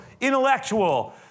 intellectual